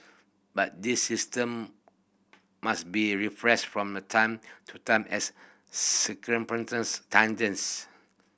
but this system must be refreshed from the time to time as circumstance changes